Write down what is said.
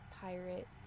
pirate